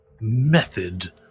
method